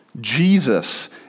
Jesus